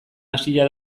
hasia